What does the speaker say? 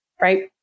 right